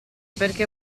perché